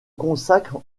consacre